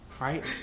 Right